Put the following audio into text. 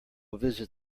visit